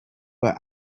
but